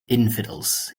infidels